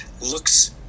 looks